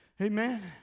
Amen